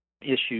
issues